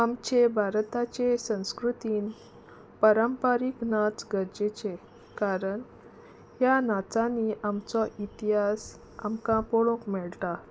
आमच्या भारताचे संस्कृतींत परंपरीक नाच गरजेचे कारण ह्या नाचांनी आमचो इतिहास आमकां पोळोवंक मेळटा